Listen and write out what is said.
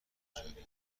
قراردادهای